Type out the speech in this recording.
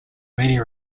many